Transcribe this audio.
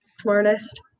smartest